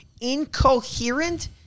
incoherent